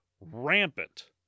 rampant